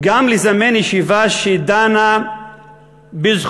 גם לזמן ישיבה שדנה בזכותם,